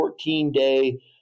14-day